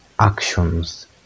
actions